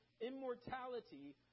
immortality